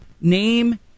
name